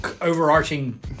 overarching